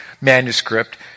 manuscript